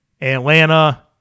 Atlanta